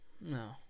no